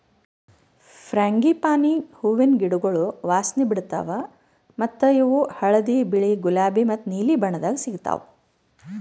frangipani ಹೂವಿನ ಗಿಡಗೊಳ್ ವಾಸನೆ ಬಿಡ್ತಾವ್ ಮತ್ತ ಇವು ಹಳದಿ, ಬಿಳಿ, ಗುಲಾಬಿ ಮತ್ತ ನೀಲಿ ಬಣ್ಣದಾಗ್ ಸಿಗತಾವ್